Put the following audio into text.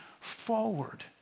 Forward